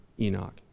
Enoch